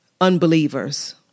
unbelievers